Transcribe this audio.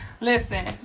Listen